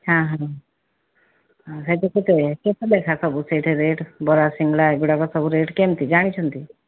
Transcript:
ହାଁ ହଁ ସେଇଠି କେତେ କେତେ ଲେଖାଁ ସବୁ ସେଇଠି ରେଟ୍ ବରା ସିଙ୍ଗଡ଼ା ଏଗୁଡ଼ାକ ସବୁ ରେଟ୍ କେମିତି ଜାଣିଛନ୍ତି